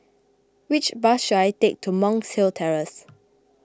which bus should I take to Monk's Hill Terrace